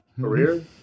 career